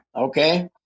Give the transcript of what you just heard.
okay